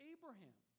Abraham